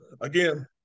again